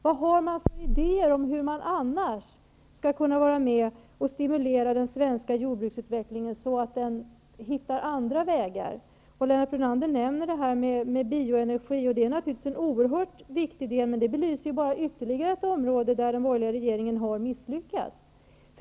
Vilka idéer har man om hur man annars skall vara med och stimulera den svenska jordbruksutvecklingen, så att den hittar andra vägar? Lennart Brunander nämner bioenergi, och det är naturligtvis en oerhört viktig del, men det belyser bara ytterligare ett område där den borgerliga regeringen har misslyckats.